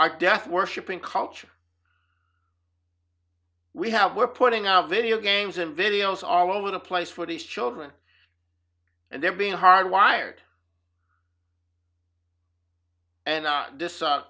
our death worshipping culture we have we're putting our video games and videos all over the place for these children and they're being hardwired and